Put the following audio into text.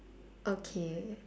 okay